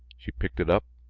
she picked it up,